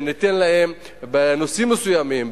ניתן להם בנושאים מסוימים,